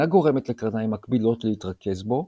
אך העדשה אינה גורמת לקרניים מקבילות להתרכז בו,